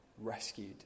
rescued